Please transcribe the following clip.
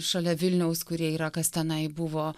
šalia vilniaus kurie yra kas tenai buvo